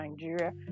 Nigeria